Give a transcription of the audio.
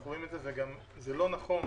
לא נכון